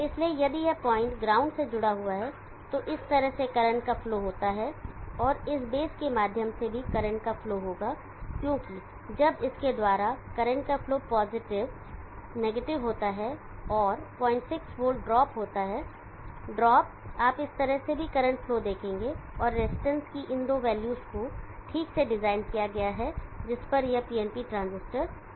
इसलिए यदि यह पॉइंट ग्राउंड से जुड़ा हुआ है तो इस तरह से करंट का फ्लो होता है और इस बेस के माध्यम से भी करंट का फ्लो होगा क्योंकि जब इस के द्वारा करंट का फ्लो पॉजिटिव नेगेटिव होता है और 06 वोल्ट ड्रॉप होता है ड्रॉप आप इस तरह से भी करंट फ्लो देखेंगे और रजिस्टेंस की इन दो वैल्यूज को ठीक से डिज़ाइन किया गया है जिस पर यह PNP ट्रांजिस्टर ऑन हो जाता है